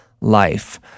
life